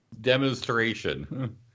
Demonstration